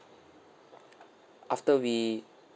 after we